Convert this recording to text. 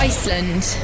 Iceland